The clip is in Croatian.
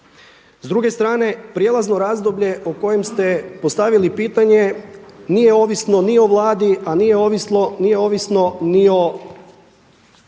S druge strane prijelazno razdoblje o kojem ste postavili pitanje nije ovisno ni o Vladi, a nije ovisno ni o